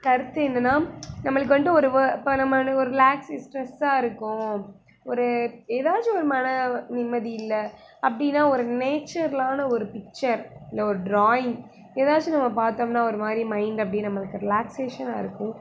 கருத்து என்னென்னா நம்மளுக்கு வந்துட்டு ஒரு இப்போ நம்ம ஒரு ரிலாக்ஸு ஸ்ட்ரெஸ்ஸாக இருக்கோம் ஒரு ஏதாச்சும் ஒரு மன நிம்மதி இல்லை அப்படின்னா ஒரு நேச்சுரலான ஒரு பிக்சர் இல்லை ஒரு ட்ராயிங் ஏதாச்சும் நம்ம பாத்தோம்னா ஒரு மாதிரி மைண்ட் அப்டியே நம்மளுக்கு ரிலாக்சேஷனாக இருக்கும்